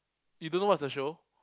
you don't know what's the show